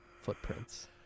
footprints